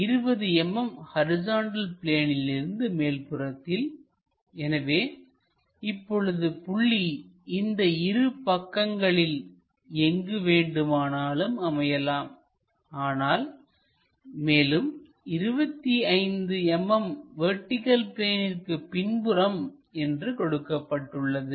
20 mm horizontal பிளேனிற்கு மேல்புறத்தில் எனவே இப்பொழுது புள்ளி இந்த இரு பக்கங்களில் எங்கு வேண்டுமானாலும் அமையலாம் ஆனால் மேலும் 25 mm வெர்டிகள் பிளேனிற்கு பின்புறம் என்று கொடுக்கப்பட்டுள்ளது